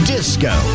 Disco